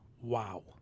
wow